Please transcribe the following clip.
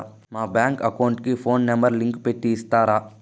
మా bank account కు phone number link పెట్టి ఇస్తారా?